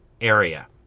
area